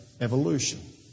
evolution